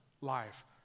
life